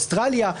אוסטרליה,